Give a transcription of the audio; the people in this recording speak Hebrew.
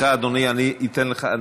סליחה, אדוני, אני אתן לך.